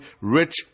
rich